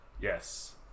Yes